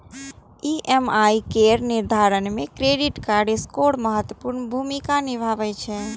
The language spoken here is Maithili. ई.एम.आई केर निर्धारण मे क्रेडिट स्कोर महत्वपूर्ण भूमिका निभाबै छै